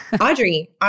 Audrey